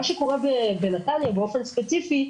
מה שקורה בנתניה באופן ספציפי,